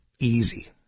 Easy